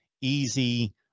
easy